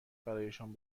برایشان